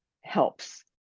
helps